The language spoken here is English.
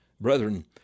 Brethren